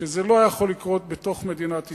שזה לא היה יכול לקרות בתוך מדינת ישראל,